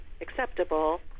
acceptable